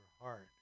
heart